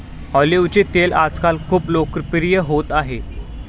ऑलिव्हचे तेल आजकाल खूप लोकप्रिय होत आहे